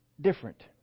different